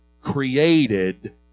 created